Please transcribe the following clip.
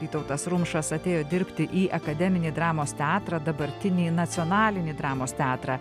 vytautas rumšas atėjo dirbti į akademinį dramos teatrą dabartinį nacionalinį dramos teatrą